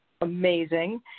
amazing